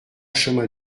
chemin